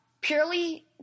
Purely